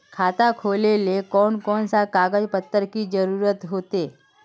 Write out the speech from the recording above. खाता खोलेले कौन कौन सा कागज पत्र की जरूरत होते?